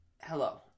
hello